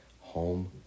home